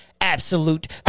absolute